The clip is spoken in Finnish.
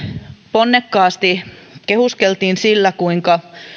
ponnekkaasti kehuskeltiin sillä kuinka